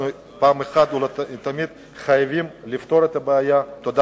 אנחנו חייבים לפתור את הבעיה אחת ולתמיד.